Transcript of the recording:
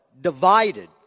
divided